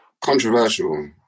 Controversial